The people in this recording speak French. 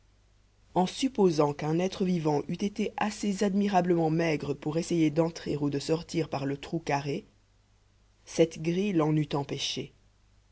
en supposant qu'un être vivant eût été assez admirablement maigre pour essayer d'entrer ou de sortir par le trou carré cette grille l'en eût